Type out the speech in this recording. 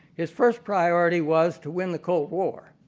his first priority was to win the cold war.